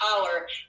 power